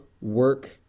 work